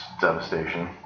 devastation